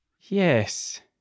Yes